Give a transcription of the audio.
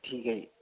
ਠੀਕ ਹੈ ਜੀ